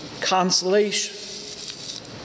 consolation